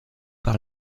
par